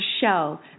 shell